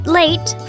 late